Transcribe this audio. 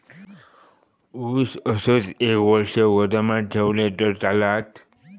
ऊस असोच एक वर्ष गोदामात ठेवलंय तर चालात?